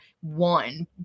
one